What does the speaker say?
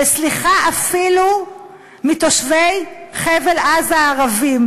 וסליחה אפילו מתושבי חבל-עזה הערבים,